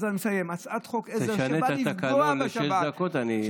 תשנה את התקנון לשש דקות ואני אאפשר לך.